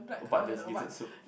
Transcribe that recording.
but there's gizzard soup